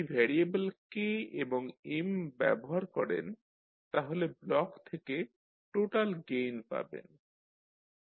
যদি variable K এবং M ব্যবহার করেন তাহলে ব্লক থেকে টোটাল গেইন পাবেন